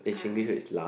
!huh!